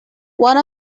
one